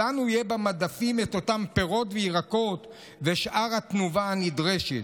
שלנו יהיו במדפים אותם פירות וירקות ושאר התנובה הנדרשת.